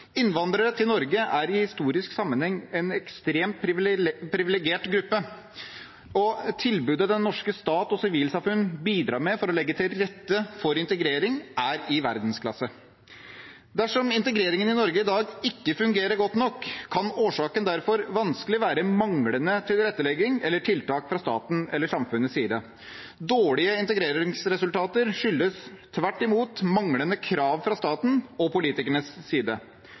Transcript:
Innvandrere til Norge er i historisk sammenheng en ekstremt privilegert gruppe, og tilbudet den norske stat og sivilsamfunnet bidrar med for å legge til rette for integrering, er i verdensklasse. Dersom integreringen i Norge i dag ikke fungerer godt nok, kan årsaken derfor vanskelig være manglende tilrettelegging eller tiltak fra statens eller samfunnets side. Dårlige integreringsresultater skyldes tvert imot manglende krav fra statens og politikernes side.